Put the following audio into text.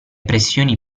pressioni